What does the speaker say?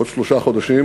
עוד שלושה חודשים